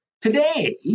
today